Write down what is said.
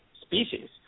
species